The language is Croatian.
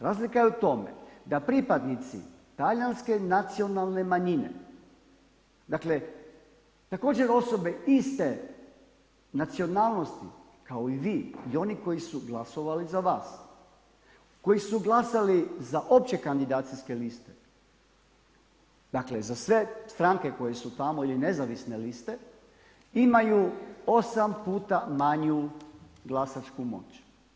Razlika je u tome da pripadnici talijanske nacionalne manjine, dakle također osobe iste nacionalnosti kao i vi i oni koji su glasovali za vas, koji su glasali za opće kandidacijske liste, dakle za sve stranke koje su tamo ili nezavisne liste imaju 8 puta manju glasačku moć.